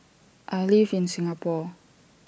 I live in Singapore